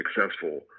successful